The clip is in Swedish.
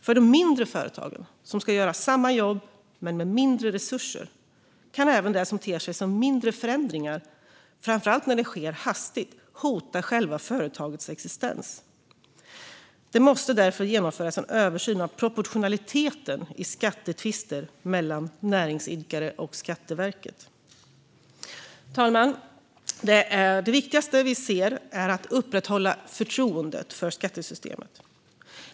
För de mindre företagen, som ska göra samma jobb men med mindre resurser, kan även det som ter sig som mindre förändringar, framför allt när det sker hastigt, hota själva företagets existens. Det måste därför genomföras en översyn av proportionaliteten i skattetvister mellan näringsidkare och Skatteverket. Fru talman! Det viktigaste vi ser är att upprätthålla förtroendet för skattesystemet.